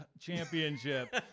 championship